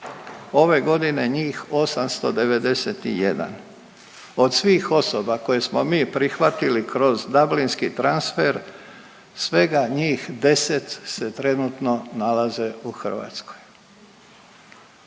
Ove godine njih 891. Od svih osoba koje smo mi prihvatili kroz Dublinski transfer svega njih 10 se trenutno nalaze u Hrvatskoj.